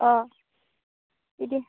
बिदि